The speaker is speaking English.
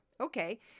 Okay